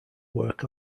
work